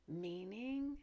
meaning